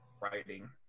writing